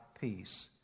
Peace